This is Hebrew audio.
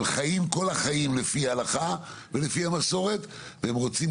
הם חיים כל החיים לפי ההלכה ולפי המסורת והם רוצים